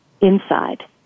inside